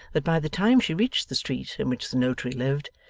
that by the time she reached the street in which the notary lived,